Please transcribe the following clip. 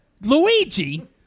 Luigi